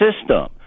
system